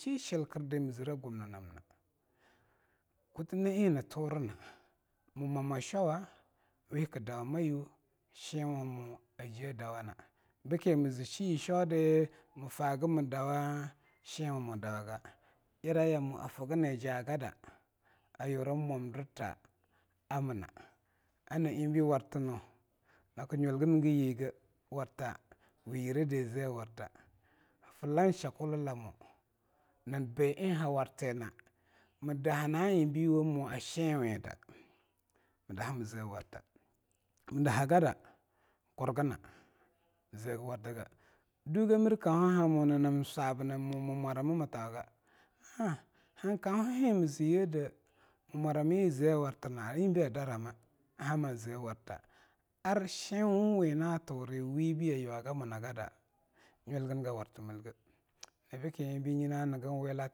Shishilkrde mzre gumnmamna. Kute na eing nturna mmwama showa we kdawamayu shenwamo a je dawana bke mz shiye a shodi mfagmdawa shenwa mo dawaga. Yira yamo afgnajagada shenwamo adawaga. A nyina eingbei wartnu naknyul gyige, we yirede aze warta, Flan shwakulamo na ba eing ha a wartina mdaha mla na'a eingbei amo sheinwida mdaha mze warta. Mdaha da kurgna, mzegwarta, duge mir kauhahamo na nam swaba na mmware ma mtauga hea han kaunahahe mzyede mmwara mayi a ze wartna, eingbei a darama bhama ze warta ar sheinwawibi wina ture ayuwaga mungada nyulgna a wartmilge ebike inbina nagwal wela.